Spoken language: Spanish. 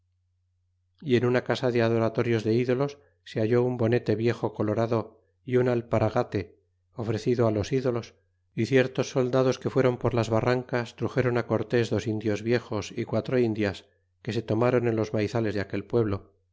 y en una casa de adoratorios de ídolos se halle un bonete viejo colorado y un alparagate ofrecido los idolos y ciertos soldados que fueron por las barrancas truxeron cortes dos indios viejos y quatro indias que se tornaron en los maizales de aquel pueblo